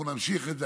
אנחנו נמשיך את זה.